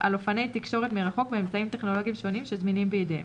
על אופני תקשורת מרחוק באמצעים טכנולוגיים שונים שזמינים בידיהם,